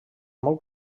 molt